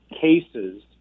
cases